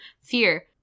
fear